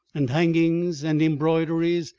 and hangings, and embroideries,